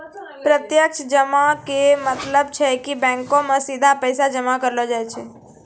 प्रत्यक्ष जमा के मतलब छै कि बैंको मे सीधा पैसा जमा करलो जाय छै